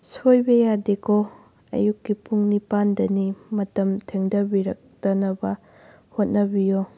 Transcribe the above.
ꯁꯣꯏꯕ ꯌꯥꯗꯦꯀꯣ ꯑꯌꯨꯛꯀꯤ ꯄꯨꯡ ꯅꯤꯄꯥꯟꯗꯅꯤ ꯃꯇꯝ ꯊꯦꯡꯊꯕꯤꯔꯛꯇꯅꯕ ꯍꯣꯠꯅꯕꯤꯌꯨ